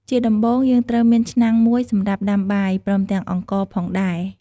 ជាដំបូង យើងត្រូវមានឆ្នាំងមួយសម្រាប់ដាំបាយ ព្រមទាំងអង្ករផងដែរ។